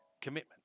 commitment